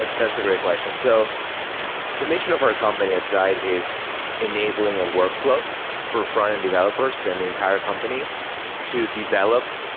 that that is a great question. so the the mission of our company at zeit is enabling a workfl ow for frontend developers in the entire company to develop,